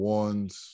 ones